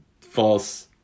False